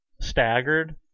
Staggered